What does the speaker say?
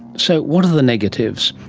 so what are the negatives?